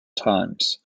times